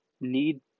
need